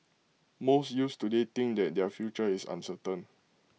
most youths today think that their future is uncertain